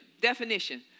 definition